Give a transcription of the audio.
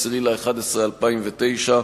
10 בנובמבר 2009,